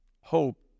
hope